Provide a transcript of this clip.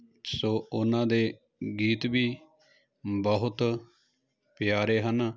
ਸੋ ਉਹਨਾਂ ਦੇ ਗੀਤ ਵੀ ਬਹੁਤ ਪਿਆਰੇ ਹਨ